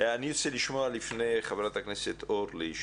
אני רוצה לשמוע את חברת הכנסת אורלי,